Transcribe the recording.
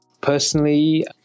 Personally